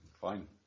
Fine